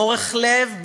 מורך לב,